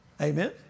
Amen